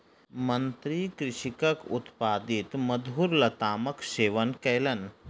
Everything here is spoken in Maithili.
मंत्री कृषकक उत्पादित मधुर लतामक सेवन कयलैन